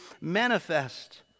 manifest